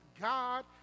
god